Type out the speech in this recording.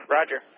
Roger